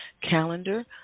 calendar